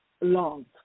love